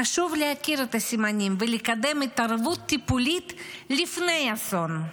חשוב להכיר את הסימנים ולקדם התערבות טיפולית לפני האסון.